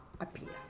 appear